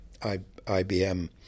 IBM